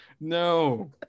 no